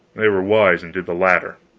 they were wise and did the latter.